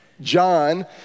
John